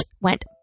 went